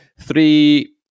three